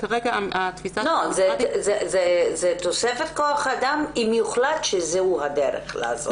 זו תוספת של כוח אדם אם יוחלט שזו הדרך לעשות את זה.